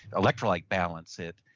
electrolyte balance it,